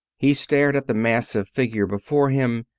he stared at the massive figure before him,